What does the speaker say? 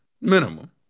Minimum